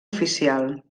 oficial